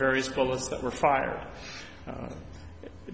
various bullets that were fired